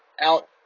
out